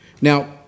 Now